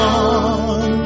on